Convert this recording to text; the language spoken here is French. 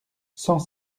sans